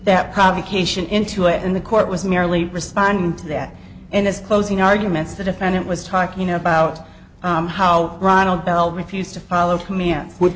that provocation into it and the court was merely responding to that in this closing arguments the defendant was talking about how ronald bell refused to follow commands with